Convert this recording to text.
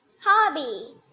hobby